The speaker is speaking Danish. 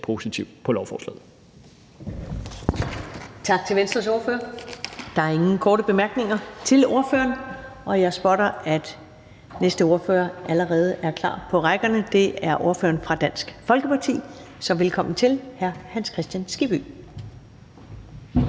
(Karen Ellemann): Tak til Venstres ordfører. Der er ingen korte bemærkninger til ordføreren. Og jeg spotter, at den næste ordfører allerede står klar. Det er ordføreren for Dansk Folkeparti, så velkommen til hr. Hans Kristian Skibby.